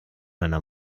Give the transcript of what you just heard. einer